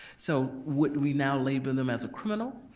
so would we now label them as a criminal?